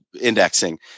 indexing